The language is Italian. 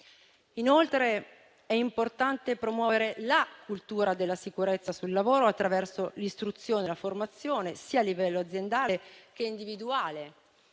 Inoltre, è importante promuovere la cultura della sicurezza sul lavoro attraverso l'istruzione e la formazione a livello sia aziendale che individuale;